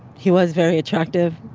he was very attractive.